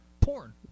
Porn